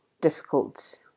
difficult